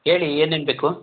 ಹೇಳಿ ಏನೇನು ಬೇಕು